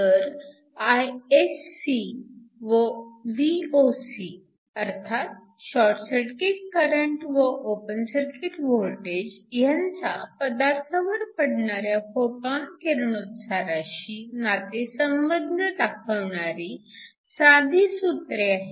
तर Isc व Voc अर्थात शॉर्ट सर्किट करंट व ओपन सर्किट वोल्टेज ह्यांचा पदार्थावर पडणाऱ्या फोटॉन किरणोत्साराशी नातेसंबंध दाखविणारी साधी सूत्रे आहेत